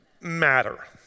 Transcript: matter